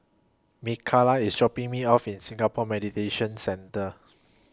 Mikala IS dropping Me off in Singapore Mediation Centre